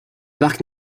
parc